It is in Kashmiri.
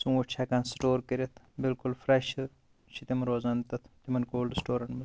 ژوٗنٛٹھۍ چھِ ہیکان سٹور کٔرِتھ بِالکُل فرٛٮ۪ش چھِ تِم روزان تَتھ یِمن کولڈٕ سٹورَن منٛز